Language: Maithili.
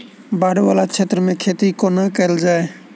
बाढ़ वला क्षेत्र मे खेती कोना कैल जाय?